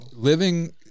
Living